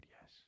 yes